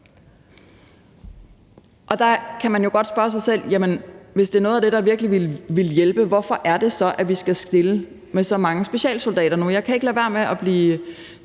Der kan man jo godt spørge sig selv: Hvis det er noget af det, der virkelig ville hjælpe, hvorfor er det så, at vi skal stille med så mange soldater fra specialstyrkerne nu? Jeg kan ikke lade være med at tænke,